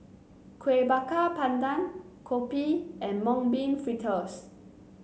Kuih Bakar Pandan Kopi and Mung Bean Fritters